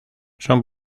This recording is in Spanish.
son